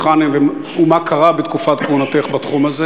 היכן הן ומה קרה בתקופת כהונתך בתחום הזה?